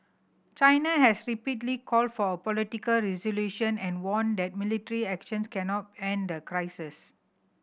China has repeatedly called for a political resolution and warned that military actions cannot end the crisis